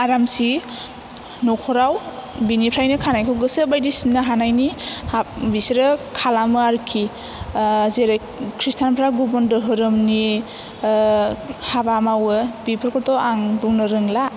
आरामसि न'खराव बेनिफ्रायनो खानायखौ गोसो बायदि सिननो हानायनि बिसोरो खालामो आरोखि जेरै खृस्टानफ्रा गुबुन दोहोरोमनि हाबा मावो बेफोरखौथ' आं बुंनो रोंला